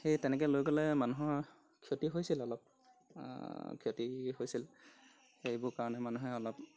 সেই তেনেকৈ লৈ গ'লে মানুহৰ ক্ষতি হৈছিল অলপ ক্ষতি হৈছিল সেইবোৰ কাৰণে মানুহে অলপ